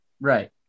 Right